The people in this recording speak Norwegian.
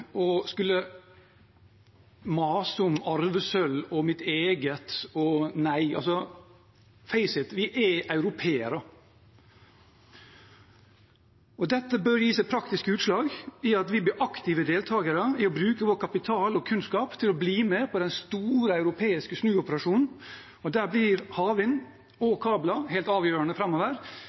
og mase om arvesølv og sitt eget og si nei. «Face it» – vi er europeere. Dette bør gi seg praktisk utslag i at vi blir aktive deltakere i å bruke vår kapital og kunnskap til å bli med på den store europeiske snuoperasjonen, og der blir havvind og kabler helt avgjørende framover.